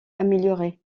améliorer